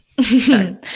Sorry